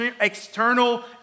external